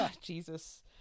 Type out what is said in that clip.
Jesus